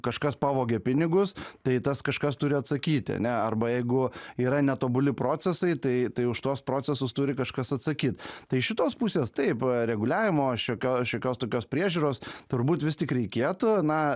kažkas pavogė pinigus tai tas kažkas turi atsakyti ane arba jeigu yra netobuli procesai tai tai už tuos procesus turi kažkas atsakyt tai iš šitos pusės taip reguliavimo šiokio šiokios tokios priežiūros turbūt vis tik reikėtų na